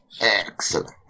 Excellent